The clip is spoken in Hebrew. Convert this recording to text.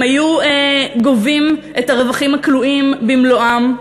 אם היו גובים את הרווחים הכלואים במלואם,